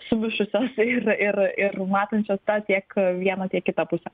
sumišusios ir ir ir matančios tą tiek vieną tiek kitą pusę